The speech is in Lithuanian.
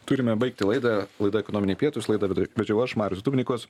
turime baigti laidą laida ekonominiai pietus laidą vedžiau aš marius dubnikovas